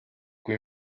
kui